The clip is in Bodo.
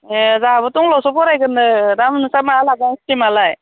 ए जाहाबो टंलायावसो फरायगोननो दा नोंस्रा मायाव लागोन स्ट्रिमालाय